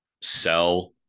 sell